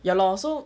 ya lor so